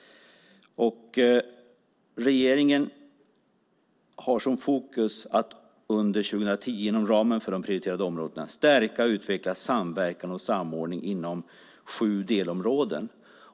Regeringen har som fokus att under 2010, inom ramen för de prioriterade områdena, stärka och utveckla samordning inom sju delområden.